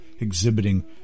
exhibiting